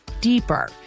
deeper